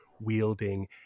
wielding